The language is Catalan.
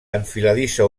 enfiladissa